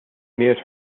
made